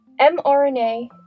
mRNA